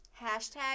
Hashtag